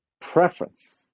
preference